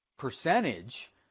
percentage